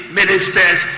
ministers